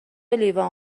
لیوان